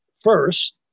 First